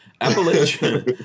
appalachian